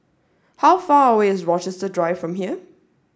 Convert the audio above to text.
how far away is Rochester drive from here